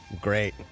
Great